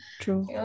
true